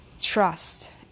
trust